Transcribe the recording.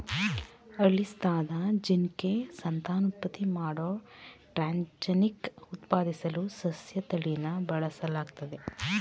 ಅಳಿಸ್ಲಾದ ಜೀನ್ಗೆ ಸಂತಾನೋತ್ಪತ್ತಿ ಮಾಡೋ ಟ್ರಾನ್ಸ್ಜೆನಿಕ್ ಉತ್ಪಾದಿಸಲು ಸಸ್ಯತಳಿನ ಬಳಸಲಾಗ್ತದೆ